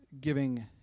giving